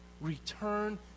Return